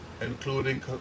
including